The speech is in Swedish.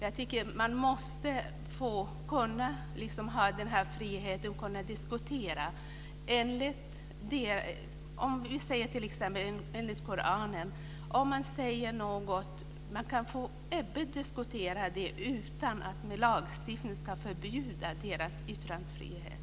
Jag tycker att man måste ha friheten att diskutera t.ex. Koranen. Man måste kunna öppet diskutera det utan att vi med lagstiftning ska förbjuda någons yttrandefrihet.